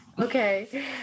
Okay